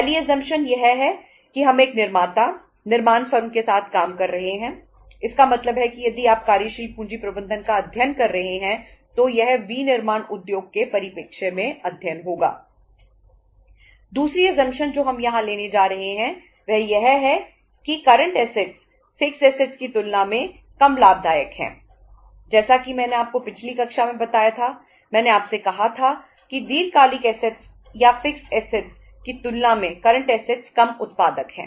पहली असमप्शन कम उत्पादक है